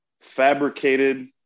fabricated